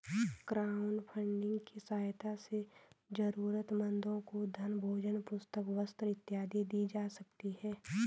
crowdfunding की सहायता से जरूरतमंदों को धन भोजन पुस्तक वस्त्र इत्यादि दी जा सकती है